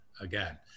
again